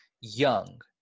young